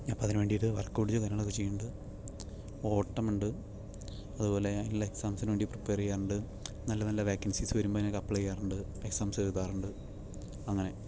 അപ്പോൾ അതിനു വേണ്ടിയിട്ട് വർക്കൌട്ട് കാര്യങ്ങളൊക്കെ ചെയ്യുന്നുണ്ട് ഓട്ടമുണ്ട് അതുപോലെ എല്ലാ എക്സാംസിനു വേണ്ടി പ്രീപയർ ചെയ്യാറുണ്ട് നല്ല നല്ല വാക്കൻസിസ് വരുമ്പോൾ അതിനു വേണ്ടി അപ്ലൈ ചെയ്യാറുണ്ട് എക്സാംസ് എഴുതാറുണ്ട് അങ്ങനെ